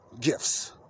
gifts